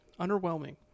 underwhelming